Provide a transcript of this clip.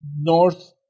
north